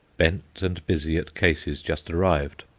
bent and busy at cases just arrived.